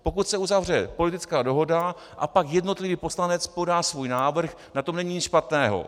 Pokud se uzavře politická dohoda, a pak jednotlivý poslanec podá svůj návrh, na tom není nic špatného.